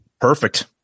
Perfect